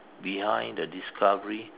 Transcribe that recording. behind the discovery